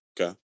Okay